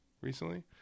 recently